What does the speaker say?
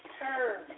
turn